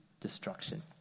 destruction